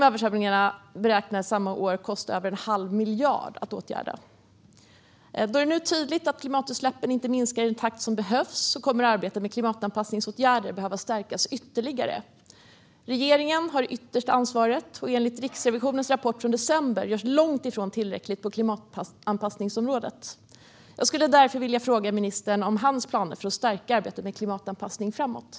Översvämningarna under det året beräknas ha kostat över en halv miljard att åtgärda. Då det nu är tydligt att klimatutsläppen inte minskar i den takt som behövs kommer arbetet med klimatanpassningsåtgärder att behöva stärkas ytterligare. Regeringen har det yttersta ansvaret, men enligt Riksrevisionens rapport från december görs långt ifrån tillräckligt på klimatanpassningsområdet. Jag skulle därför vilja fråga ministern om hans planer för att stärka arbetet med klimatanpassning framöver.